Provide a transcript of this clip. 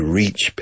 reach